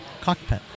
cockpit